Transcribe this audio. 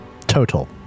total